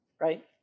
Right